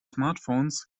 smartphones